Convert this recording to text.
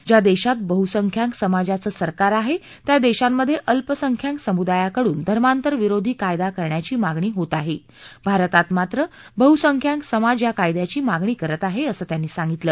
ज्या देशात बहुसंख्याक समाजाचं सरकार आहे त्या देशांमध्ये अल्पसंख्याक समुदायाकडून धर्मांतराविरोधी कायदा करण्याची मागणी होत आहे भारतात मात्र बहुसंख्याक समाज या कायद्याची मागणी करत आहे असं त्यांनी सांगितलं